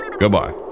Goodbye